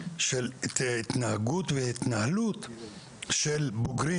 כאלה של התנהגות והתנהלות של בוגרים